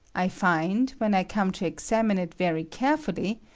i find, when i come to examine it very care fully,